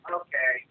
okay